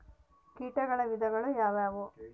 ಕೇಟಗಳ ವಿಧಗಳು ಯಾವುವು?